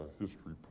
history